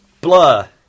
blur